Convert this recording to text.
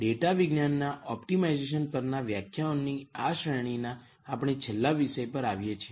data વિજ્ઞાનના optimisation પરના વ્યાખ્યાનોની આ શ્રેણીના આપણે છેલ્લા વિષય પર આવીએ છીએ